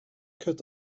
cut